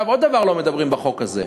עכשיו, על עוד דבר לא מדברים בחוק הזה: